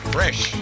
Fresh